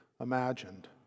imagined